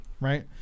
right